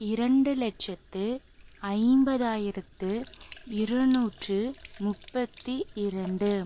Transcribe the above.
இரண்டு லட்சத்து ஐம்பதாயிரத்து இருநூற்று முப்பத்தி இரண்டு